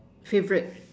favourite